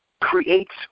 creates